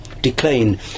decline